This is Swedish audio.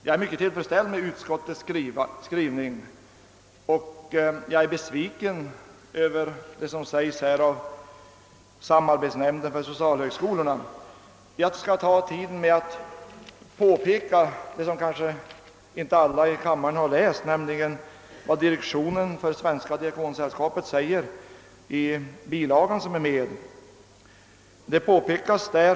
Jag är mycket tillfredsställd med utskottets skrivning, och jag är besviken över det som anförs av samarbetsnämnden för socialhögskolorna. Jag vill begagna tillfället till att peka på något som kanske icke alla av kammarens ledamöter har läst, nämligen vad direktionen för Svenska diakonsällskapet skrivit i bilagan till förevarande utlåtande.